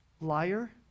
Liar